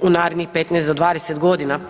u narednih 15 do 20 godina.